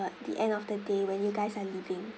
the end of the day when you guys are leaving